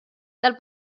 dal